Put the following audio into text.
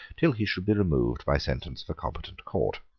till he should be removed by sentence of a competent court.